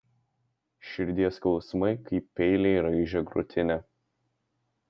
širdies skausmai kaip peiliai raižė krūtinę